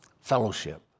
fellowship